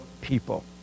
people